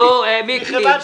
--- לא, מספיק.